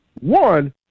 one